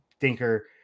thinker